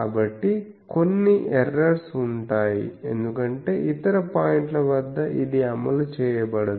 కాబట్టి కొన్ని ఎర్రర్స్ ఉంటాయి ఎందుకంటే ఇతర పాయింట్ల వద్ద ఇది అమలు చేయబడదు